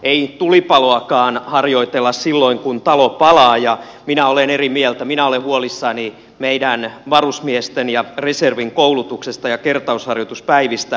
ei tulipaloakaan harjoitella silloin kun talo palaa ja minä olen eri mieltä minä olen huolissani meidän varusmiesten ja reservin koulutuksesta ja kertausharjoituspäivistä